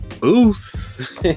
boost